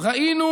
ראינו